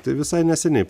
tai visai neseniai